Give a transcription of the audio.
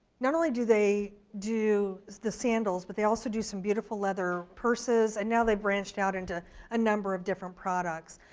not only do they do the sandals, but they also do some beautiful leather purses, and now they've branched out into a number of different products.